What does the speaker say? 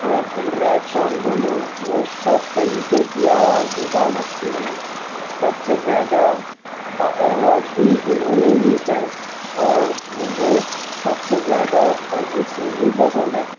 ہر rap song بولو وہ سب طریقے کی آواز نکال سکتے ہیں سب سے زیادہ ایوارڈ بھی انہوں نے ہی جیتا ہے اور مجھے سب سے زیادہ ارجیت سنگھ ہی پسند ہے